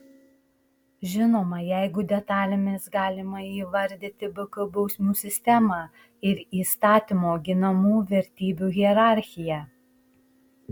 žinoma jeigu detalėmis galima įvardyti bk bausmių sistemą ir įstatymo ginamų vertybių hierarchiją